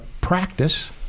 practice